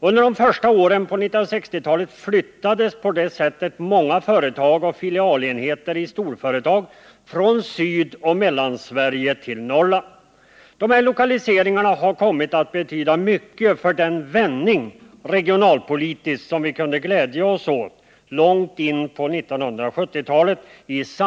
Under 1960-talets första år flyttades på det sättet många företag och filialenheter i storföretag från Sydoch Mellansverige till Norrland. De här lokaliseringarna har kommit att betyda mycket för den vändning regionalpolitiskt som vi i samtliga Norrlandslän kunde glädja oss åt långt in på 1970-talet.